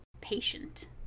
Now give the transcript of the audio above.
patient